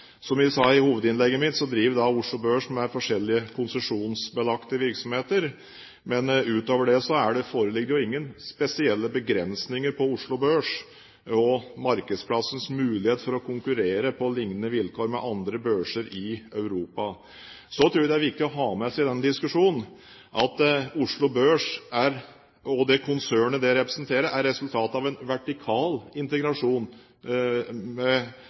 Som jeg sa i hovedinnlegget mitt, driver Oslo Børs med forskjellige konsesjonsbelagte virksomheter. Men utover det foreligger det jo ingen spesielle begrensninger på Oslo Børs og markedsplassens mulighet for å konkurrere på lignende vilkår med andre børser i Europa. Så tror jeg det er viktig å ha med seg i den diskusjonen at Oslo Børs og det konsernet det representerer, er resultatet av en vertikal integrasjon